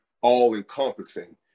all-encompassing